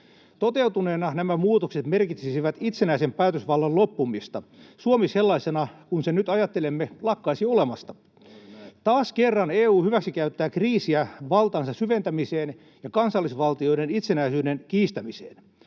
Toteutuneena nämä muutokset merkitsisivät itsenäisen päätösvallan loppumista — Suomi sellaisena kuin sen nyt ajattelemme, lakkaisi olemasta. Taas kerran EU hyväksikäyttää kriisiä valtansa syventämiseen ja kansallisvaltioiden itsenäisyyden kiistämiseen.